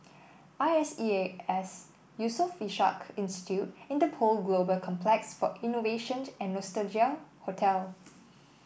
I S E A S Yusof Ishak Institute Interpol Global Complex for Innovation and Nostalgia Hotel